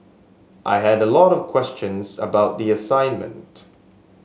I had a lot of questions about the assignment